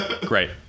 Great